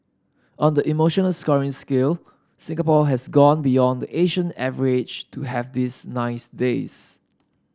on the emotional scoring scale Singapore has gone beyond the Asian average to have these nice days